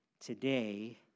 today